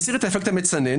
את האפקט המצנן,